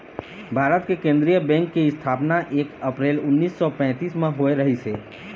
भारत के केंद्रीय बेंक के इस्थापना एक अपरेल उन्नीस सौ पैतीस म होए रहिस हे